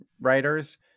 writers